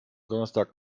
donnerstag